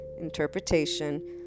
interpretation